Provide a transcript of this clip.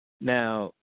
Now